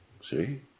See